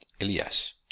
Elias